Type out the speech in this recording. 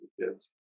kids